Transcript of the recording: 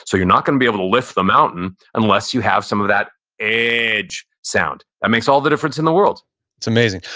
so you're not going to be able to lift the mountain unless you have some of that edge sound. that makes all the difference in the world it's amazing.